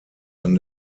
dann